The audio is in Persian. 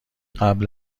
قبل